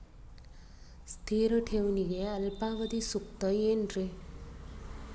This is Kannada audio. ಸ್ಥಿರ ಠೇವಣಿಗೆ ಅಲ್ಪಾವಧಿ ಸೂಕ್ತ ಏನ್ರಿ?